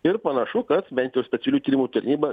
ir panašu kad bent jau specialiųjų tyrimų tarnyba